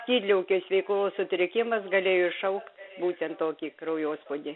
skydliaukės veiklos sutrikimas galėjo iššaukt būtent tokį kraujospūdį